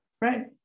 Right